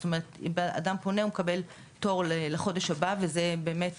זאת אומרץ כשאדם פונה הוא מקבל תור לחודש הבא וזה באמת